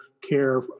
care